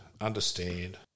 understand